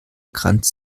kranz